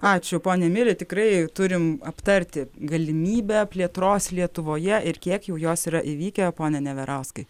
ačiū pone emili tikrai turim aptarti galimybę plėtros lietuvoje ir kiek jau jos yra įvykę pone neverauskai